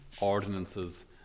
ordinances